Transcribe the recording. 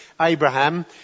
Abraham